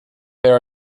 their